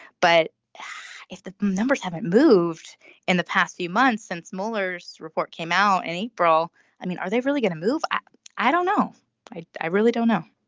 but if the numbers haven't moved in the past few months since mueller's report came out in april i mean are they really going to move. i don't know i i really don't know.